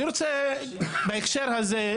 אני רוצה, בהקשר הזה,